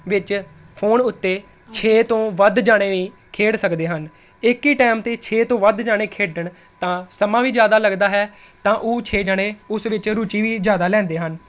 ਵਿੱਚ ਫੋਨ ਉੱਤੇ ਛੇ ਤੋਂ ਵੱਧ ਜਣੇ ਵੀ ਖੇਡ ਸਕਦੇ ਹਨ ਇੱਕ ਹੀ ਟਾਈਮ 'ਤੇ ਛੇ ਤੋਂ ਵੱਧ ਜਣੇ ਖੇਡਣ ਤਾਂ ਸਮਾਂ ਵੀ ਜ਼ਿਆਦਾ ਲੱਗਦਾ ਹੈ ਤਾਂ ਉਹ ਛੇ ਜਣੇ ਉਸ ਵਿੱਚ ਰੁਚੀ ਵੀ ਜ਼ਿਆਦਾ ਲੈਂਦੇ ਹਨ